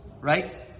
Right